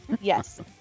Yes